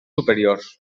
superiors